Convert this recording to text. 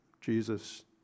Jesus